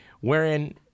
wherein